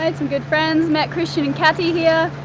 and some good friends, met christian and katia here.